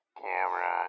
Camera